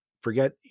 Forget